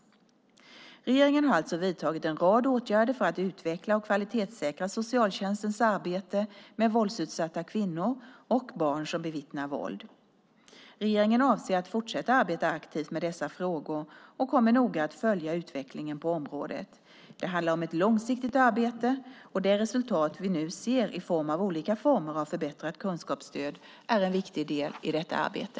Regeringen har alltså vidtagit en rad åtgärder för att utveckla och kvalitetssäkra socialtjänstens arbete med våldsutsatta kvinnor och barn som bevittnar våld. Regeringen avser att fortsätta att arbeta aktivt med dessa frågor och kommer att noga följa utvecklingen på området. Det handlar om ett långsiktigt arbete och det resultat vi nu ser i form av olika former av förbättrat kunskapsstöd är en viktig del i detta arbete.